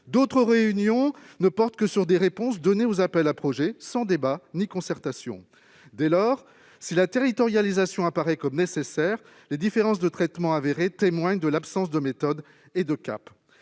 D'autres réunions ne portent que sur des réponses données aux appels à projets, sans débat ni concertation. Dès lors, si la territorialisation paraît nécessaire, les différences de traitement relevées témoignent de l'absence de méthode et de cap.